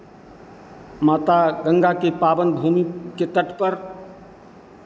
माता गंगा की पावन भूमि के तट पर